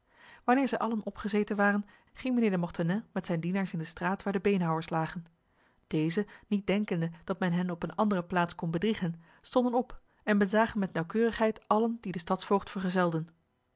wanneer zij allen opgezeten waren ging mijnheer de mortenay met zijn dienaars in de straat waar de beenhouwers lagen deze niet denkende dat men hen op een andere plaats kon bedriegen stonden op en bezagen met nauwkeurigheid allen die de stadsvoogd vergezelden